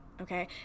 Okay